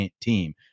team